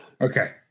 Okay